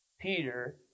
Peter